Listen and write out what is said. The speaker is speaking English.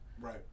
Right